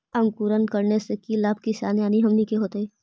अंकुरण करने से की लाभ किसान यानी हमनि के होतय?